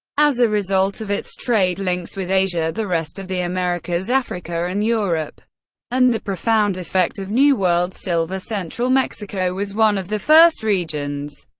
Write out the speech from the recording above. as a result of its trade links with asia, the rest of the americas, africa and europe and the profound effect of new world silver, central mexico was one of the first regions